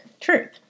truth